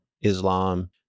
Islam